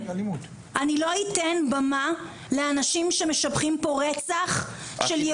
אני לא אתן במה לאנשים שמשבחים פה רצח של יהודים.